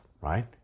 right